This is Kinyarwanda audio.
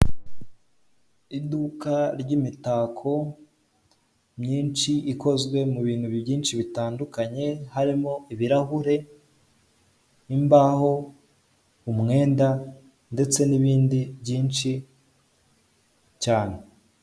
Iduka ry'imitako myinshi ikozwe mu bintu byinshi bitandukanye harimo ibirahure, imbaho, umwenda ndetse n'ibindi byinshi cyane.